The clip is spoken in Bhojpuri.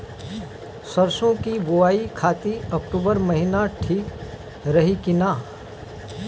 सरसों की बुवाई खाती अक्टूबर महीना ठीक रही की ना?